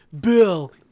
bill